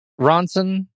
Ronson